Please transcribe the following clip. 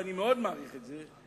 ואני מאוד מעריך את זה,